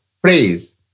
phrase